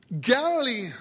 Galilee